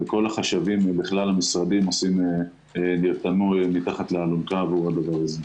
וכל החשבים בכלל המשרדים נרתמו מתחת לאלונקה בעניין הזה.